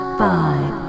five